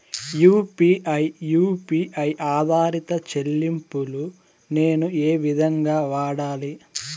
UPI U P I ఆధారిత చెల్లింపులు నేను ఏ విధంగా వాడాలి?